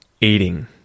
eating